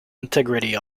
integrity